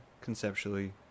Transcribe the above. Conceptually